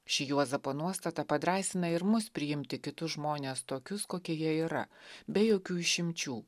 ši juozapo nuostata padrąsina ir mus priimti kitus žmones tokius kokie jie yra be jokių išimčių